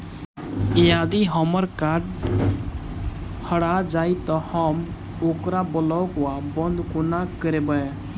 यदि हम्मर कार्ड हरा जाइत तऽ हम ओकरा ब्लॉक वा बंद कोना करेबै?